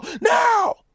now